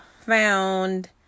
found